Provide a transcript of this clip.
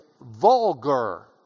vulgar